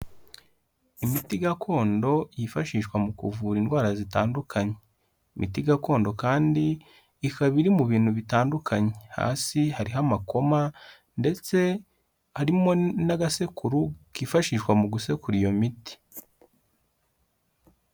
Imiti gakondo yifashishwa mu kuvura indwara zitandukanye. Imiti gakondo kandi ikaba iri mu bintu bitandukanye. Hasi hariho amakoma ndetse harimo n'agasekuru kifashishwa mu gusekura iyo miti.